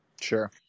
Sure